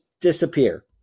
disappear